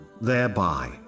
thereby